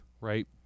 right